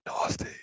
nasty